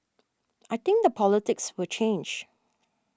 I think the politics will change